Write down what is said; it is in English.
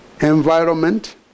environment